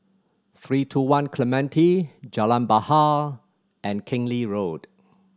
Three Two One Clementi Jalan Bahar and Keng Lee Road